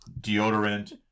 deodorant